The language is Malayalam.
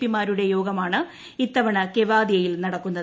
പി മാരുടെ യോഗമാണ് ഇത്തവണ കേവാദിയയിൽ നടക്കുന്നത്